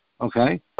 okay